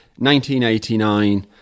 1989